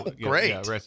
Great